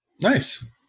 Nice